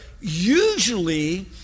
usually